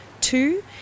Two